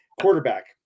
Quarterback